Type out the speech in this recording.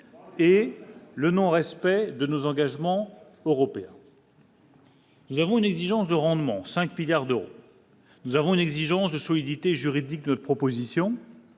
et le non-respect de nos engagements européens. Nous avons une exigence de rendement 5 milliards d'euros, nous avons une exigence de solidité juridique de propositions.